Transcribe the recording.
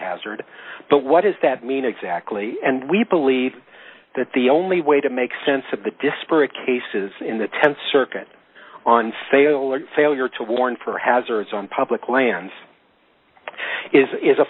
hazard but what does that mean exactly and we believe that the only way to make sense of the disparate cases in the th circuit on sale or failure to warn for hazards on public lands is